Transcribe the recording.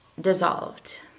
dissolved